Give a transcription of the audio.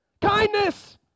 Kindness